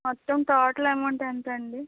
మొత్తం total amount ఎంత అండి